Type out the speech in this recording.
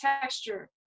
texture